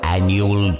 Annual